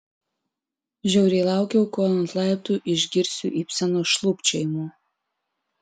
žiauriai laukiau kol ant laiptų išgirsiu ibseno šlubčiojimų